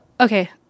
okay